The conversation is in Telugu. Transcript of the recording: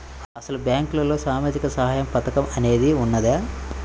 అసలు బ్యాంక్లో సామాజిక సహాయం పథకం అనేది వున్నదా?